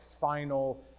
final